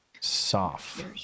Soft